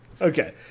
Okay